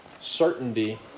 certainty